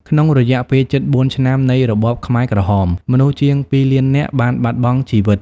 ក្នុងរយៈពេលជិត ៤ ឆ្នាំ នៃរបបខ្មែរក្រហម មនុស្សជាង ២ លាននាក់ បានបាត់បង់ជីវិត។